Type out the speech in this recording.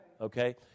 okay